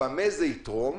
במה זה יתרום